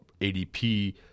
ADP